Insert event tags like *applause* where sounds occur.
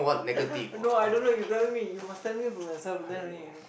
*laughs* no I don't know you tell me you must tell me from yourself then only you know